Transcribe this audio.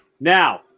now